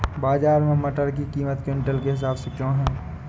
बाजार में मटर की कीमत क्विंटल के हिसाब से क्यो है?